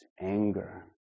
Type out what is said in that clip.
anger